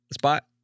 spot